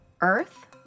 Earth